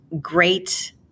great